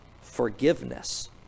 forgiveness